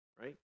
right